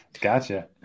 gotcha